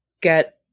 get